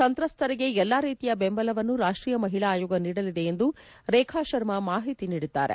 ಸಂತ್ರಸ್ತರಿಗೆ ಎಲ್ಲ ರೀತಿಯ ಬೆಂಬಲವನ್ನು ರಾಷ್ಷೀಯ ಮಹಿಳಾ ಆಯೋಗ ನೀಡಲಿದೆ ಎಂದು ರೇಖಾ ಶರ್ಮ ಮಾಹಿತಿ ನೀಡಿದ್ದಾರೆ